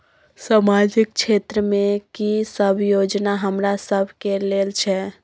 सामाजिक क्षेत्र में की सब योजना हमरा सब के लेल छै?